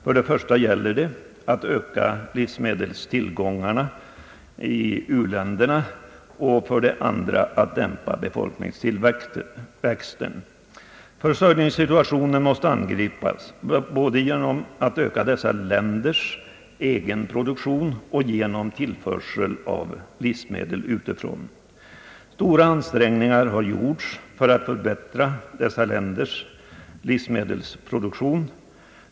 För det första gäller det att öka livsmedelstillgångarna och för det andra att dämpa befolkningstillväxten. Försörjningssituationen måste angripas både genom att öka dessa länders livsmedelsproduktion och genom tillförsel av livsmedel utifrån. Stora ansträngningar har också gjorts för att förbättra dessa länders egen livsmedelsproduktion.